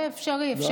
זה אפשרי, אפשרי.